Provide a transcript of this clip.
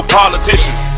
politicians